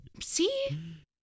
See